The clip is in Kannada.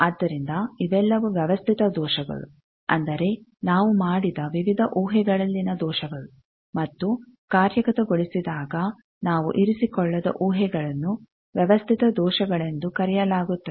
ಆದ್ದರಿಂದ ಇವೆಲ್ಲವೂ ವ್ಯವಸ್ಥಿತ ದೋಷಗಳು ಅಂದರೆ ನಾವು ಮಾಡಿದ ವಿವಿಧ ಊಹೆಗಳಲ್ಲಿನ ದೋಷಗಳು ಮತ್ತು ಕಾರ್ಯಗತಗೊಳಿಸಿದಾಗ ನಾವು ಇರಿಸಿಕೊಳ್ಳದ ಊಹೆಗಳನ್ನು ವ್ಯವಸ್ಥಿತ ದೋಷಗಳೆಂದು ಕರೆಯಲಾಗುತ್ತದೆ